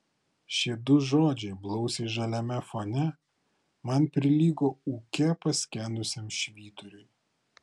šie du žodžiai blausiai žaliame fone man prilygo ūke paskendusiam švyturiui